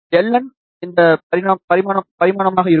Ln இந்த பரிமாணமாக இருக்கும்